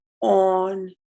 on